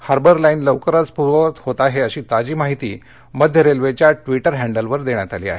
harbour line लवकरच प्र्ववत होत आहे अशी ताजी माहिती मध्य रेल्वेच्या ट्विटर हॅंडलवर देण्यात आली आहे